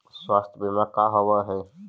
स्वास्थ्य बीमा का होव हइ?